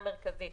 גם בגלל הצפיפות,